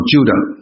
Judah